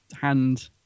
hand